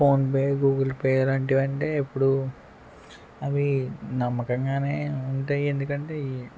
PhonePe Google Pay ఎలాంటివంటే ఇప్పుడు అవి నమ్మకంగానే ఉంటాయి ఎందుకంటే ఇయి